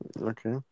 Okay